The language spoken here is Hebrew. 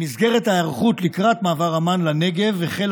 במסגרת ההיערכות לקראת מעבר אמ"ן לנגב החלה